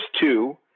two